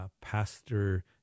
Pastor